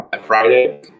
Friday